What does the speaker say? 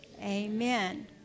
amen